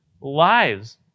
lives